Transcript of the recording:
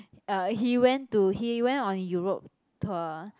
uh he went to he went on Europe tour